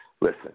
listen